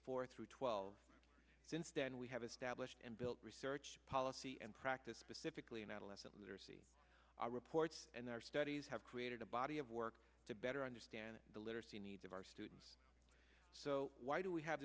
four through twelve since then we have established and built research policy and practice specifically in adolescent literacy our reports and their studies have created a body of work to better understand the literacy needs of our students so why do we have